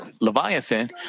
Leviathan